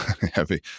heavy